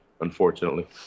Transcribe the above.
unfortunately